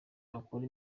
bakora